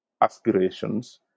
aspirations